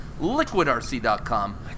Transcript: LiquidRC.com